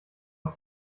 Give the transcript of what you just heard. auf